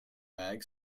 bag